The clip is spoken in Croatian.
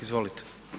Izvolite.